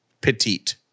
petite